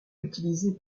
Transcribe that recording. utilisé